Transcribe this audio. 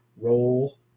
Roll